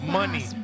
money